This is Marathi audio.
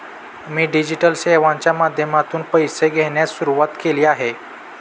मी डिजिटल सेवांच्या माध्यमातून पैसे घेण्यास सुरुवात केली आहे